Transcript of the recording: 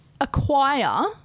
acquire